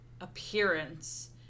appearance